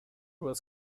was